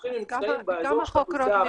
שהחוקרים נמצאים באזור של האוכלוסייה הערבית.